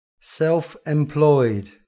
self-employed